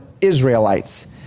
Israelites